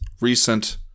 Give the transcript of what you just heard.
recent